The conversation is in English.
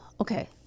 Okay